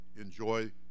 enjoy